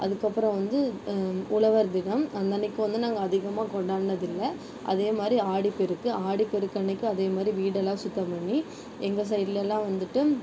அதுக்கப்புறம் வந்து உழவர் தினம் அந்தன்றைக்கி வந்து நாங்கள் அதிகமாக கொண்டாடினது இல்லை அதே மாதிரி ஆடிப்பெருக்கு ஆடிப்பெருக்கு அன்றைக்கும் அதேமாதிரி வீடெல்லாம் சுத்தம் பண்ணி எங்கள் சைடுலெல்லாம் வந்துட்டு